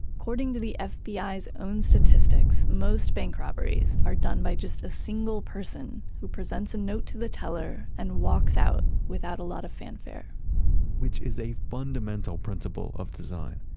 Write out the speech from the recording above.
according to the fbi's own statistics, most bank robberies are done by just a single person who presents a note to the teller and walks out without a lot of fanfare which is a fundamental principle of design.